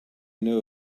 know